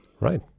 Right